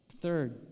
Third